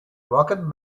walked